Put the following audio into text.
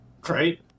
great